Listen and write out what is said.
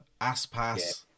Aspas